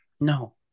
No